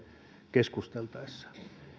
keskusteltaessa